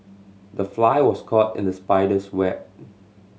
the fly was caught in the spider's web